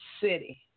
City